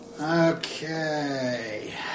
Okay